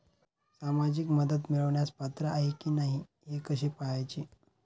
सामाजिक मदत मिळवण्यास पात्र आहे की नाही हे कसे पाहायचे?